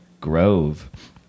Grove